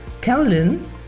Carolyn